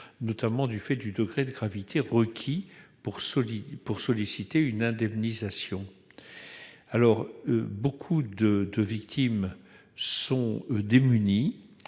notamment du fait du degré de gravité requis pour solliciter une indemnisation. Beaucoup de victimes sont démunies.